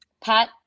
Pat